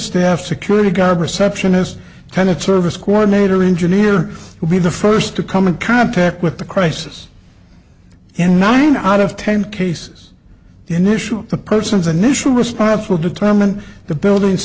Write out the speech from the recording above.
staff security guard receptionist tenet service coordinator engineer will be the first to come in contact with the crisis in nine out of ten cases the initial the person's initial response will determine the building